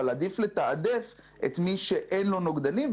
אבל עדיף לתעדף את מי שאין לו נוגדים,